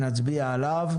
נצביע עליו.